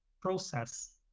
process